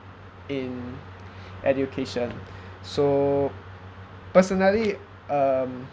in education so personally um